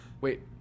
wait